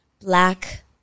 black